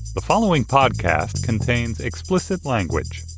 the following podcast contains explicit language